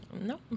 No